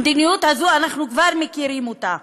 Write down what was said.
המדיניות הזאת, אנחנו כבר מכירים אותה.